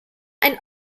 ein